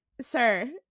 sir